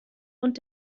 und